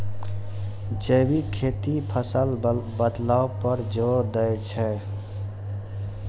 जैविक खेती फसल बदलाव पर जोर दै छै